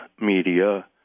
media